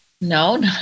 No